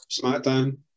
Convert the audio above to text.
SmackDown